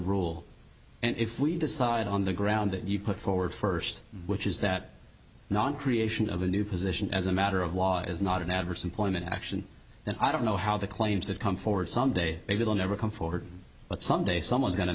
rule and if we decide on the ground that you put forward first which is that non creation of a new position as a matter of law is not an adverse employment action then i don't know how the claims that come forward some day maybe will never come forward but someday someone's going to